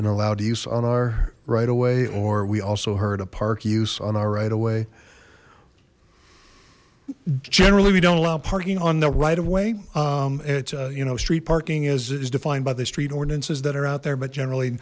and allowed eise on our right away or we also hurt a park use on our right away generally we don't allow parking on the right of way at you know street parking is defined by the street ordinances that are out there but generally